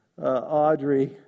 Audrey